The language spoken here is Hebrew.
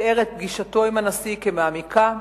תיאר את פגישתו עם הנשיא כמעמיקה,